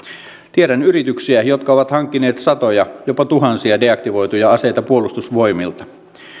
tiedän yrityksiä jotka ovat hankkineet satoja jopa tuhansia deaktivoituja aseita puolustusvoimilta